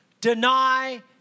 deny